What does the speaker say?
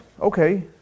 Okay